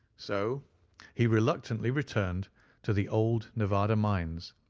so he reluctantly returned to the old nevada mines,